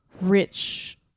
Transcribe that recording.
rich